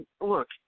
Look